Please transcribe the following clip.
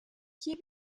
hier